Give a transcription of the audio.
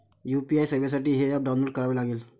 UPI सेवेसाठी हे app download करावे लागेल